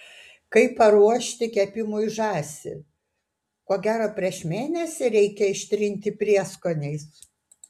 kaip paruošti kepimui žąsį ko gero prieš mėnesį reikia ištrinti prieskoniais